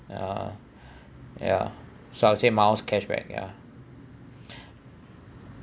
uh ya so I'll say miles cashback yeah